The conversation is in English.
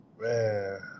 Man